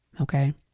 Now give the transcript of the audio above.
Okay